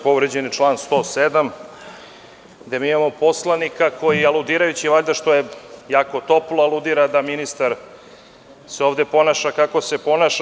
Povređen je član 107, gde mi imamo poslanika koji, valjda što je jako toplo, aludira da ministar se ovde ponaša kako se ponaša.